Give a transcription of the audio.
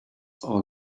all